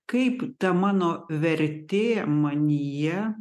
kaip ta mano vertė manyje